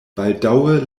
baldaŭe